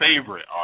favorite